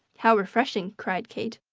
how refreshing! cried kate.